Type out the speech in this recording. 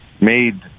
made